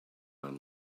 man